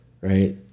Right